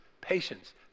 patience